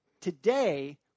today